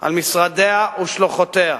ועל מפלגתו וסיעתו.